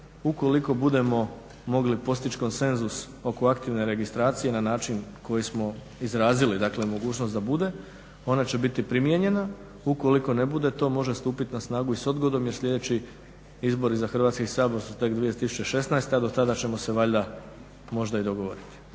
ukoliko budemo mogli postići konsenzus oko aktivne registracije na način koji smo izrazili, mogućnost da bude ona će biti primijenjena, ukoliko ne bude to može stupiti na snagu i s odgodom jer sljedeći izbori za Hrvatski sabor su tek 2016., a do tada ćemo se valjda možda i dogovoriti.